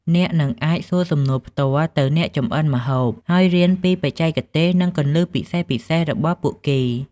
អ្នកនឹងអាចសួរសំណួរផ្ទាល់ទៅអ្នកចម្អិនម្ហូប ហើយរៀនពីបច្ចេកទេស និងគន្លឹះពិសេសៗរបស់ពួកគេ។